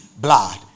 blood